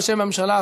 בשם הממשלה,